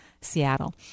Seattle